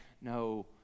no